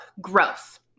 growth